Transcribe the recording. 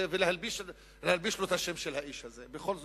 ולהלביש לו את השם של האיש הזה, בכל זאת.